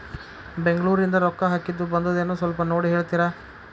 ಬೆಂಗ್ಳೂರಿಂದ ರೊಕ್ಕ ಹಾಕ್ಕಿದ್ದು ಬಂದದೇನೊ ಸ್ವಲ್ಪ ನೋಡಿ ಹೇಳ್ತೇರ?